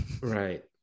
Right